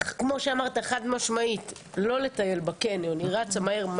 כמו שאמרת, לא לטייל בקניון, חד משמעית.